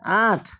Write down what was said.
আঠ